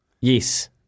Yes